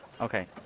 Okay